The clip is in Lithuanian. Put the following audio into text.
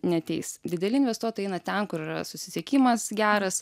neateis dideli investuotojai eina ten kur yra susisiekimas geras